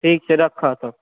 ठीक छै रखऽ तऽ